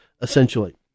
essentially